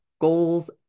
goals